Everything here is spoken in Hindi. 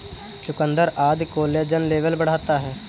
चुकुन्दर आदि कोलेजन लेवल बढ़ाता है